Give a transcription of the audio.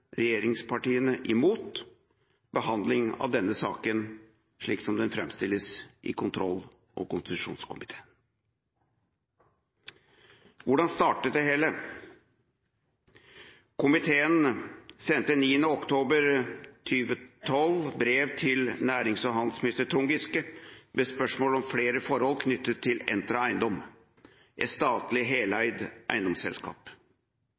regjeringspartiene imot behandling av denne saken, slik som den framstilles i kontroll- og konstitusjonskomiteen. Hvordan startet det hele? Komiteen sendte 9. oktober 2012 brev til nærings- og handelsminister Trond Giske med spørsmål om flere forhold knyttet til Entra Eindom, et statlig heleid eiendomsselskap.